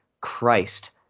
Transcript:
Christ